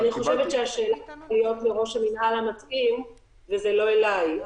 אני חושבת שהשאלה צריכה להיות לראש המנהל המתאים וזה לא אלי.